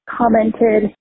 commented